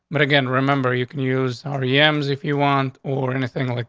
but again, remember, you can use our pm's if you want or anything. like